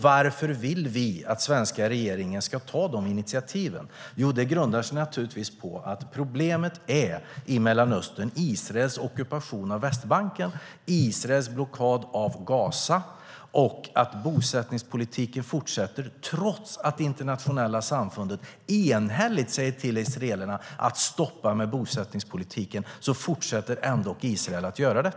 Varför vill vi att den svenska regeringen ska ta de initiativen? Jo, det grundar sig naturligtvis på att problemet i Mellanöstern är Israels ockupation av Västbanken, Israels blockad av Gaza och det faktum att bosättningspolitiken fortsätter. Trots att det internationella samfundet enhälligt säger till israelerna att stoppa bosättningspolitiken fortsätter Israel ändå med det.